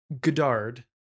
Godard